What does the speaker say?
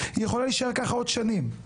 היא יכולה להישאר ככה עוד שנים.